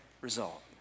result